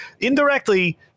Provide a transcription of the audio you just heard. indirectly